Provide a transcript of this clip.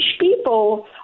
people